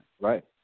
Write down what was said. right